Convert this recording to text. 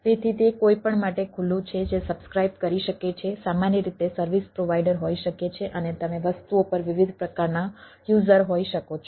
તેથી તે કોઈપણ માટે ખુલ્લું છે જે સબ્સ્ક્રાઇબ કરી શકે છે સામાન્ય રીતે સર્વિસ પ્રોવાઈડર હોઈ શકે છે અને તમે વસ્તુઓ પર વિવિધ પ્રકારના યુઝર હોઈ શકો છો